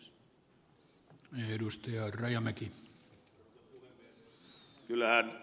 arvoisa puhemies